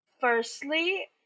Firstly